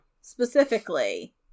specifically